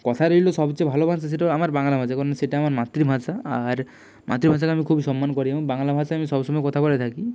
কথা রইলো সবচেয়ে ভালো ভাষা সেটাও আমার বাংলা ভাষা কারণ সেটা আমার মাতৃভাষা আর মাতৃভাষাকে আমি খুব সম্মান করি এবং বাংলা ভাষায় আমি সব সময় কথা বলে থাকি